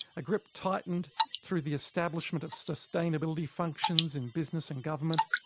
a grip tightened through the establishment of sustainability functions in business and government,